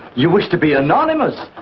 you wish to be anonymous.